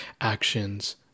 actions